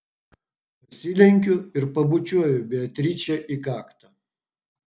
pasilenkiu ir pabučiuoju beatričę į kaktą